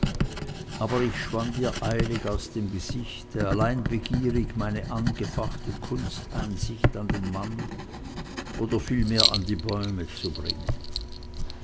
aber ich schwand ihr eilig aus dem gesichte allein begierig meine angefachte kunsteinsicht an den mann oder vielmehr an die bäume zu bringen